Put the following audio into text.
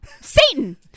satan